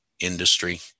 Industry